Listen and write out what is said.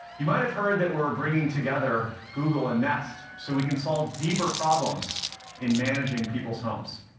you might have heard that we're bringing together google and nest so we can solve deeper problems in managing people's homes.